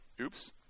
Oops